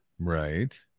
Right